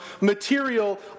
material